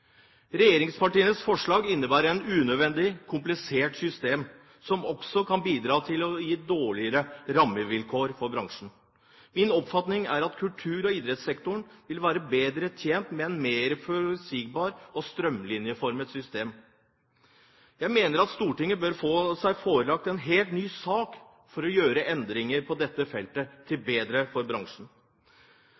Regjeringspartienes forslag innebærer et unødvendig komplisert system som også kan bidra til å gi dårligere rammevilkår for bransjen. Min oppfatning er at kultur- og idrettssektoren vil være bedre tjent med et mer forutsigbart og strømlinjeformet system. Jeg mener at Stortinget bør få seg forelagt en helt ny sak for å gjøre endringer på dette feltet til